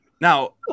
Now